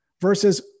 versus